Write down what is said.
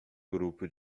grupo